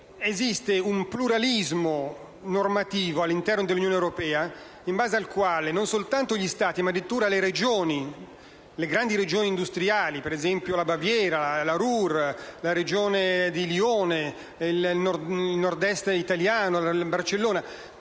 Esiste in un pluralismo normativo, all'interno dell'Unione europea, in base al quale non soltanto gli Stati, ma addirittura le grandi regioni industriali - per esempio la Baviera, la Ruhr, Lione, il Nord-Est italiano o Barcellona